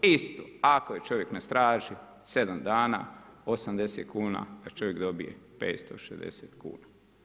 Isto ako je čovjek na straži 7 dana 80 kuna čovjek dobije 560 kuna.